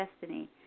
destiny